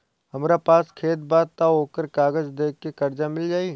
हमरा पास खेत बा त ओकर कागज दे के कर्जा मिल जाई?